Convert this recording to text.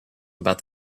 about